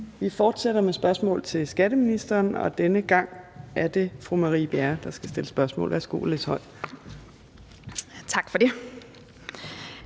Vi fortsætter med spørgsmål til skatteministeren, og denne gang er det fru Marie Bjerre, der skal stille spørgsmål. Kl. 14:39 Spm.